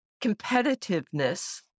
competitiveness